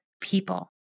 People